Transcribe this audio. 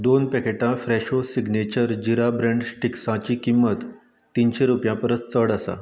दोन पॅकेटां Fresho signature जिरा ब्रँड स्टिक्साची किंमत तिनशे रुपया परस चड आसा